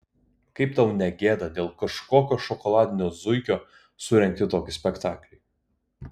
kaip tau ne gėda dėl kažkokio šokoladinio zuikio surengti tokį spektaklį